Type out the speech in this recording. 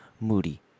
Moody